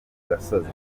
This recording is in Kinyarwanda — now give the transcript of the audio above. gasozi